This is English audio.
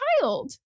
child